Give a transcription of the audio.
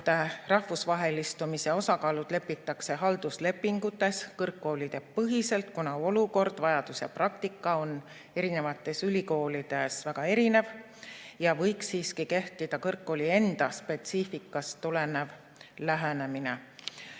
et rahvusvahelistumise osakaalud lepitakse halduslepingutes kõrgkoolide põhiselt, kuna olukord, vajadus ja praktika on eri ülikoolides väga erinev ja võiks siiski kehtida kõrgkooli enda spetsiifikast tulenev lähenemine.